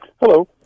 Hello